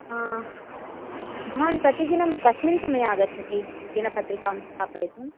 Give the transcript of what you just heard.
भवान् प्रतिदिनं कस्मिन् समये आगच्छति दिनपत्रिकां स्थापयितुम्